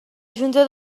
junta